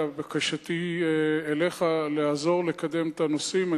אלא בקשתי אליך לעזור לקדם את הנושאים.